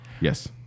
Yes